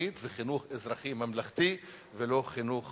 אזרחית וחינוך אזרחי ממלכתי, ולא חינוך